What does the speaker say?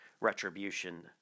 retribution